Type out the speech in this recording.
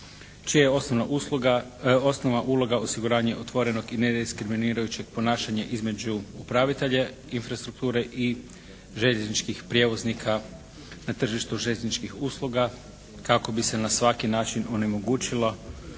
usluga, osnovna uloga osiguranje otvorenog i nediskriminirajućeg ponašanja između upravitelja infrastrukture i željezničkih prijevoznika na tržištu željezničkih usluga kako bi se na svaki način onemogućio